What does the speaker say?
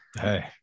hey